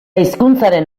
hizkuntzaren